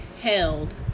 held